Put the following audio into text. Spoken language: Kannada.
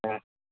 ಹಾಂ